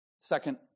Second